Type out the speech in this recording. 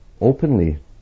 openly